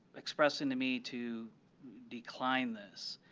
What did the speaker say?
expressing to me to decline this.